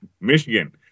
Michigan